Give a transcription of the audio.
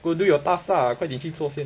go and do you task lah 快点去做先